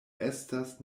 estas